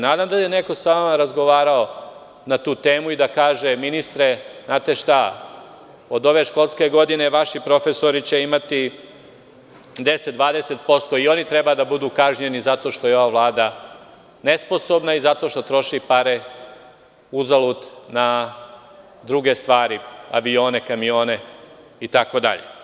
Nadam se da je neko sa vama razgovarao na tu temu, kaže – ministre, znatešta, od ove školske godine vaši profesori će imati 10-20% i oni treba da budu kažnjeni zato što je ova vlada nesposobna i zato što troši pare uzalud na druge stvari, avione, kamione itd.